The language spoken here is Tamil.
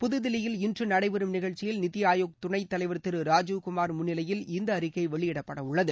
புத்தில்லியில் இன்று நடைபெறும் நிகழ்ச்சியில் நித்தி ஆயோக் துணைத் தலைவர் திரு ராஜீவ் குமார் முன்னிலையில் இந்த அறிக்கை வெளியிடப்படவுள்ளது